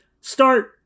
start